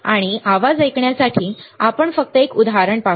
आणि आवाज ऐकण्यासाठी आपण फक्त एक उदाहरण पाहू